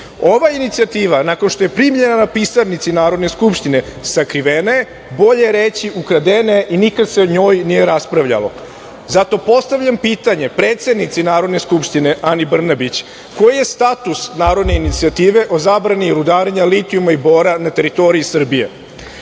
Ova inicijativa, nakon što je primljena na pisarnici Narodne skupštine, sakrivena je, bolje reći – ukradena je, i nikad se o njoj nije raspravljalo. Zato postavljam pitanje predsednici Narodne skupštine Ani Brnabić – koji je status narodne inicijative o zabrani rudarenja litijuma i bora na teritoriji